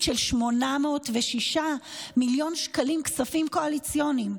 של 806 מיליון שקלים כספים קואליציוניים: